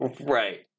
Right